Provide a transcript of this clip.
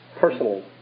personally